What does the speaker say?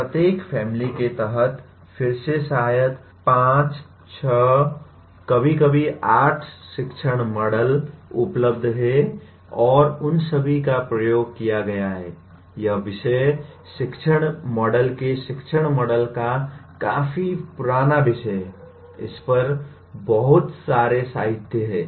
प्रत्येक फैमिली के तहत फिर से शायद 5 6 कभी कभी 8 शिक्षण मॉडल उपलब्ध हैं और उन सभी का प्रयोग किया गया है यह विषय शिक्षण मॉडल के शिक्षण मॉडल का काफी पुराना विषय है इस पर बहुत सारे साहित्य है